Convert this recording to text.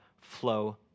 flow